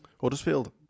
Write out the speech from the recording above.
Huddersfield